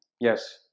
Yes